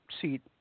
seat